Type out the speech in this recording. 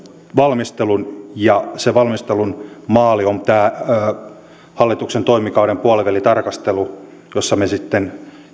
valmistelun ja se valmistelun maali on tämän hallituksen toimikauden puolivälitarkastelu jossa me sitten